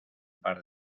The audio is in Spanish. par